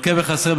לוקה בחסר,